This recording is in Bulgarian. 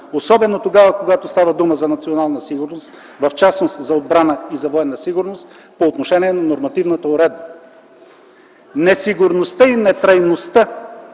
особено когато става дума за национална сигурност, в частност за отбрана и за военна сигурност по отношение на нормативната уредба. Несигурността и нетрайността